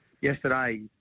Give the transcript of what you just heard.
yesterday